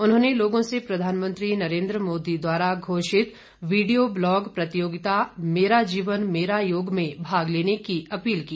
उन्होंने लोगों से प्रधानमंत्री नरेन्द्र मोदी द्वारा घोषित वीडियो ब्लॉग प्रतियोगिता मेरा जीवन मेरा योग में भाग लेने की अपील की